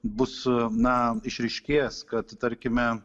bus na išryškės kad tarkime